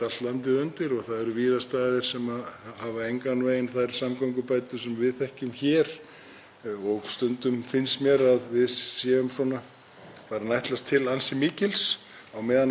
farin að ætlast til ansi mikils á meðan við erum ekki búin að ná grunnþjónustunni á betri stað, samanber það sem við vorum að ræða áðan um skoðun á bílum.